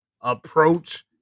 approach